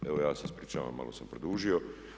Evo ja se ispričavam, malo sam produžio.